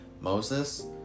Moses